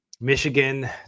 Michigan